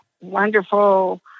wonderful